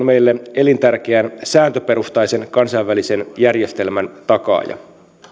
meille elintärkeän sääntöperustaisen kansainvälisen järjestelmän takaaja